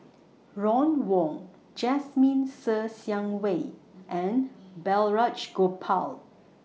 Ron Wong Jasmine Ser Xiang Wei and Balraj Gopal